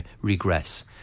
regress